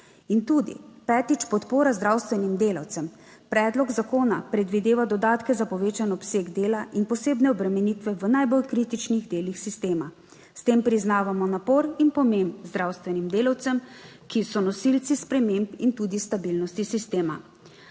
In tudi, petič, podpora zdravstvenim delavcem. Predlog zakona predvideva dodatke za povečan obseg dela in posebne obremenitve v najbolj kritičnih delih sistema. S tem priznavamo napor in pomen zdravstvenim delavcem, ki so nosilci sprememb in tudi stabilnosti sistema.